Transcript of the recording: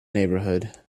neighborhood